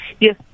Yes